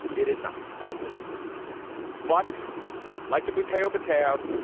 it is not. i was disappointed but like the potato potato.